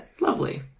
lovely